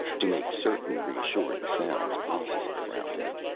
to make certain reassuring sounds possible around him.